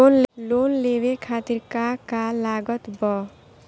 Loan लेवे खातिर का का लागत ब?